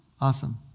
Awesome